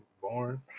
Born